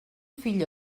fill